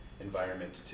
environment